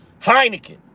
Heineken